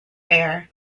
air